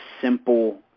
simple